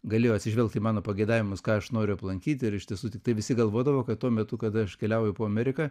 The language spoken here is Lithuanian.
galėjo atsižvelgt į mano pageidavimus ką aš noriu aplankyti ir iš tiesų tiktai visi galvodavo kad tuo metu kada aš keliauju po ameriką